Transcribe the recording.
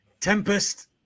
Tempest